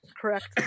correct